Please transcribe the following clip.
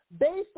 based